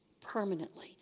permanently